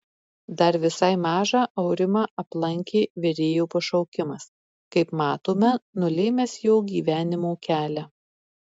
dar visai mažą aurimą aplankė virėjo pašaukimas kaip matome nulėmęs jo gyvenimo kelią